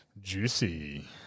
Juicy